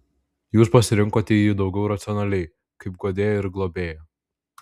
jūs pasirinkote jį daugiau racionaliai kaip guodėją ir globėją